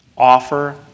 Offer